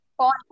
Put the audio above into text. point